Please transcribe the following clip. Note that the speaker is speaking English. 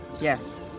Yes